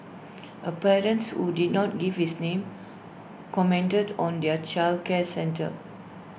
A parent who did not give his name commented on their childcare centre